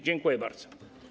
Dziękuję bardzo.